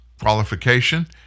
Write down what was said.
qualification